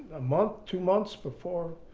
a month, two months before.